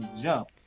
Jump